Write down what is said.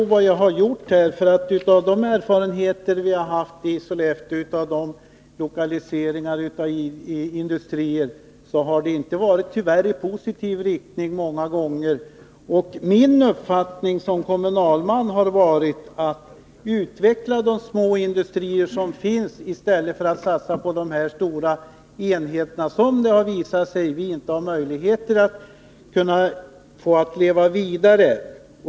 Herr talman! Jo, det har jag nog gjort. De erfarenheter vi har i Sollefteå av industrilokaliseringar har tyvärr många gånger inte varit positiva. Min linje som kommunalman har varit att utveckla de små industrier som finns i stället för att satsa på stora enheter som, har det visat sig, vi inte har möjligheter att få att leva vidare.